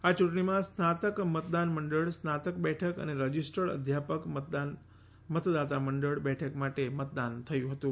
આ યૂંટણીમાં સ્નાતક મતદાન મંડળ સ્નાતક બેઠક અને રજીસ્ટ્રડ અધ્યાપક મતદાતા મંડળ બેઠક માટે મતદાન થયું હતું